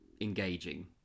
engaging